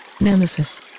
Nemesis